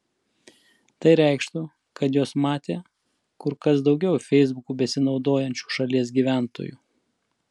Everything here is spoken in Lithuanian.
tai reikštų kad juos matė kur kas daugiau feisbuku besinaudojančių šalies gyventojų